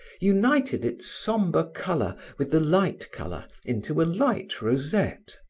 united its sombre color with the light color into a light rosette.